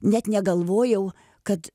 net negalvojau kad